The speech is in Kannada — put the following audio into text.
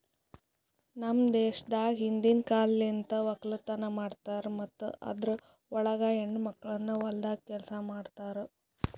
ನಮ್ ದೇಶದಾಗ್ ಹಿಂದಿನ್ ಕಾಲಲಿಂತ್ ಒಕ್ಕಲತನ ಮಾಡ್ತಾರ್ ಮತ್ತ ಅದುರ್ ಒಳಗ ಹೆಣ್ಣ ಮಕ್ಕಳನು ಹೊಲ್ದಾಗ್ ಕೆಲಸ ಮಾಡ್ತಿರೂ